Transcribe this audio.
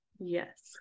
Yes